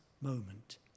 moment